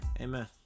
Amen